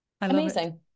Amazing